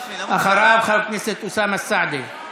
אחריו, חבר הכנסת אוסאמה סעדי.